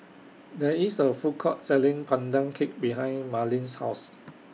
There IS A Food Court Selling Pandan Cake behind Marleen's House